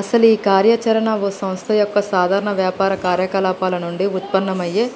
అసలు ఈ కార్య చరణ ఓ సంస్థ యొక్క సాధారణ వ్యాపార కార్యకలాపాలు నుండి ఉత్పన్నమయ్యే